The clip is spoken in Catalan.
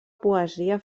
poesia